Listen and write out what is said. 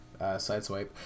sideswipe